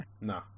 Nah